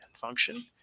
function